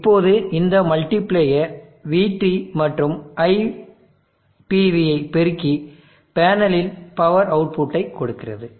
இப்போது இந்த multiplier vT மற்றும் iPV பெருக்கி பேனலின் பவர் அவுட்புட்டை கொடுக்கிறது